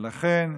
ולכן,